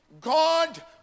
God